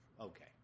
okay